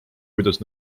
kuidas